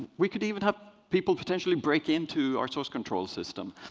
we could even have people potentially break into our source control system.